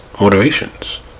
motivations